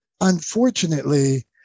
Unfortunately